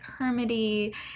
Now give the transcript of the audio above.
hermity